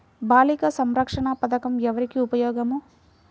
బాలిక సంరక్షణ పథకం ఎవరికి ఉపయోగము?